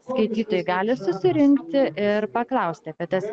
skaitytojai gali susirinkti ir paklausti apie tas